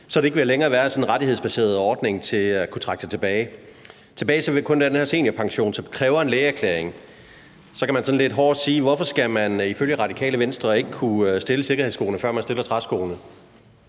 så vil der ikke længere være sådan en rettighedsbaseret ordning til at kunne trække sig tilbage. Tilbage vil der kun være den her seniorpension, som kræver en lægeerklæring. Så kan man sådan lidt hårdt sige: Hvorfor skal man ifølge Radikale Venstre ikke kunne stille sikkerhedsskoene, før man stiller træskoene?